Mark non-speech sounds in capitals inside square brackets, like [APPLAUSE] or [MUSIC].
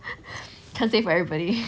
[LAUGHS] can't say for everybody